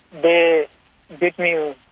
they beat me